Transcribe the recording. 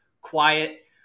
quiet